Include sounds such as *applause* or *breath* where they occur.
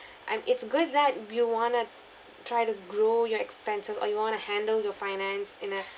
*breath* I'm it's good that you want to try to grow your expenses or you want to handle your finance in a